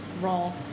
raw